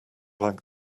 like